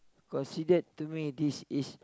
considered to me this is